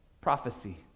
prophecy